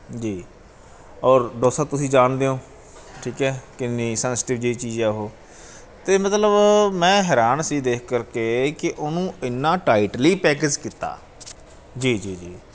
ਜੀ ਔਰ ਡੋਸਾ ਤੁਸੀਂ ਜਾਣਦੇ ਹੋ ਠੀਕ ਹੈ ਕਿੰਨੀ ਸੈਂਸਟਿਵ ਜਿਹੀ ਚੀਜ਼ ਆ ਉਹ ਤਾਂ ਮਤਲਬ ਮੈਂ ਹੈਰਾਨ ਸੀ ਦੇਖ ਕਰਕੇ ਕਿ ਉਹਨੂੰ ਇੰਨਾ ਟਾਈਟਲ ਪੈਕਜ ਕੀਤਾ ਜੀ ਜੀ ਜੀ